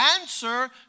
answer